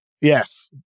Yes